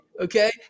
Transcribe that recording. okay